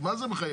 הרי מה זה מחייב?